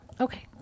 okay